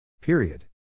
Period